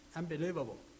unbelievable